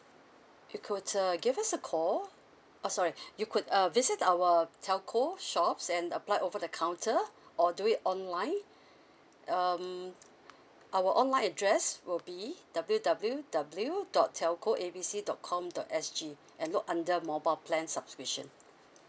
you could uh give us a call uh sorry you could uh visit our telco shops and apply over the counter or do it online um our online address will be W W W dot telco A B C dot com dot S G and look under mobile plan subscription